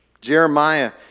Jeremiah